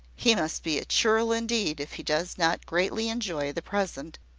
he must be a churl indeed if he does not greatly enjoy the present,